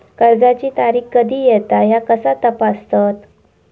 कर्जाची तारीख कधी येता ह्या कसा तपासतत?